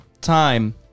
time